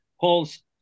Paul's